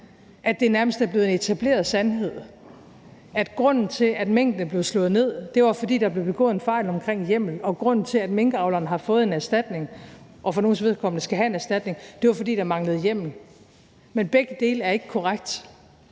at det nærmest er blevet en etableret sandhed, at grunden til, at minkene blev slået ned, var, at der blev begået en fejl omkring hjemmel, og grunden til, at minkavlerne har fået en erstatning og for nogles vedkommende skal have en erstatning, var, at der manglede hjemmel. Men begge dele er ikke korrekt.